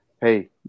Hey